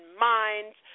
minds